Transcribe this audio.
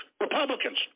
Republicans